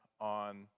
on